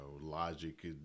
logic